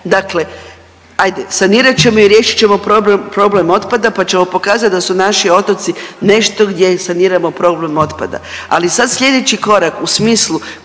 ajde sanirat ćemo i riješit ćemo problem, problem otpada pa ćemo pokazat da su naši otoci nešto gdje saniramo problem otpada. Ali sad slijedeći korak u smislu